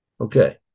Okay